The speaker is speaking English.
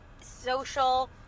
social